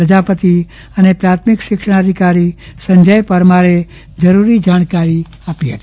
પ્રજાપતિ અને પ્રાથમિક શિક્ષણાધિકારીશ્રી સંજય પરમારે જરૂરી જાણકારી આપી હતી